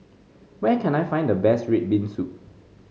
where can I find the best red bean soup